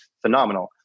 phenomenal